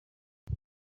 uyu